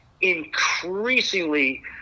increasingly